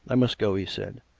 i must go, he said.